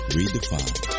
Redefined